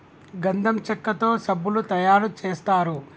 గంధం చెక్కతో సబ్బులు తయారు చేస్తారు